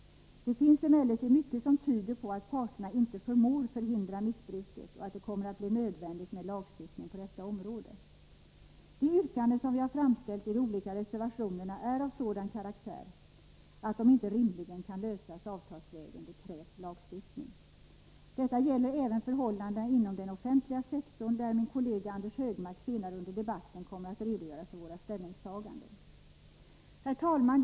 Det finns emellertid mycket som tyder på att parterna inte förmår förhindra missbruket och att det kommer att bli nödvändigt med lagstiftning på detta område. De yrkanden som vi har framställt i de olika reservationerna är av sådan karaktär att de inte rimligen kan lösas avtalsvägen. Det krävs lagstiftning. Detta gäller även förhållandena inom den offentliga sektorn. Min kollega Anders Högmark kommer senare under debatten att redogöra för våra ställningstaganden på den punkten. Herr talman!